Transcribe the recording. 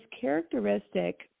characteristic